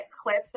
clips